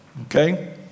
okay